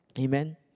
Amen